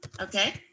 Okay